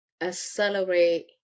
accelerate